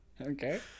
Okay